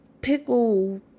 Pickle